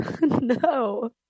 No